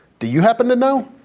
do you happen to know?